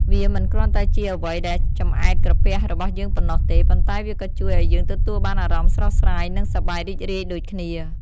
វាមិនគ្រាន់តែជាអ្វីដែលចម្អែតក្រពះរបស់យើងប៉ុណ្ណោះទេ ប៉ុន្តែវាក៏ជួយឲ្យយើងទទួលបានអារម្មណ៍ស្រស់ស្រាយ និងសប្បាយរីករាយដូចគ្នា។